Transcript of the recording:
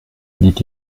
dit